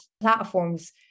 platforms